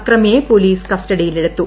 അക്രമിയെ police കസ്റ്റഡിയിലെടുത്തു